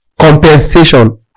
compensation